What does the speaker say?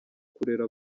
kurera